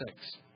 six